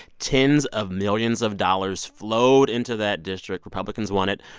tens of millions of dollars flowed into that district. republicans won it.